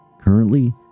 Currently